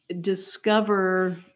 discover